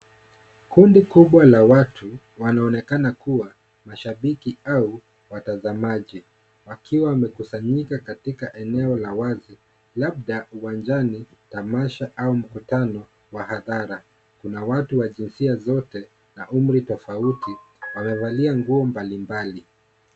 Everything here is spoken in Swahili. Kundi kubwa la watu wanaonekana kuwa mashabiki au watazamaji wakiwa wamekusanyika katika eneo la wazi labda uwanjani tamasha au mkutano wa hadhara kuna watu wa jinsia zote na umri tofauti wamevalia nguo mbali mbali.